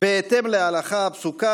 בהתאם להלכה הפסוקה,